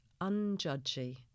unjudgy